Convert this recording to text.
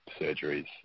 surgeries